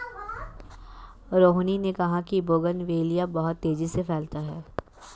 रोहिनी ने कहा कि बोगनवेलिया बहुत तेजी से फैलता है